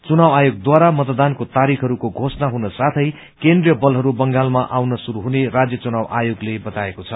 चुनाव आयोगढारा मतदानको तारीखहरूको घोषणा हुन साथै केन्द्रीय बलहरू बंगालमा आउनु शुरू हुने राज्य चुनाव आयोगले बताएको छ